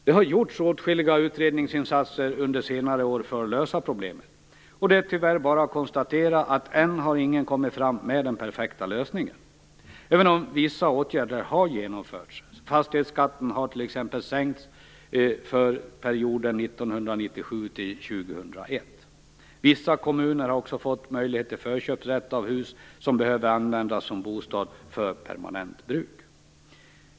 Det har gjorts åtskilliga utredningsinsatser under senare år för att lösa problemet, och det är tyvärr bara att konstatera att än har ingen kommit fram till den perfekta lösningen även om vissa åtgärder har genomförts, t.ex. har fastighetsskatten sänkts för perioden 1997-2001. Vissa kommuner har fått möjlighet till förköpsrätt av hus som behöver användas som bostad för permanent bruk.